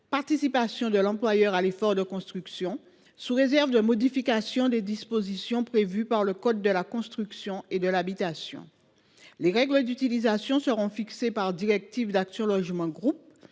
participation des employeurs à l’effort de construction (Peec), sous réserve de modifications des dispositions prévues par le code de la construction et de l’habitation. Les règles d’utilisation seront fixées par directives d’Action Logement Groupe.